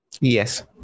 Yes